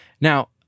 Now